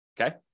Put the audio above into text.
Okay